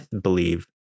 believe